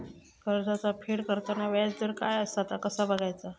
कर्जाचा फेड करताना याजदर काय असा ता कसा बगायचा?